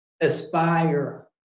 aspire